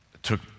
took